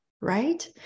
right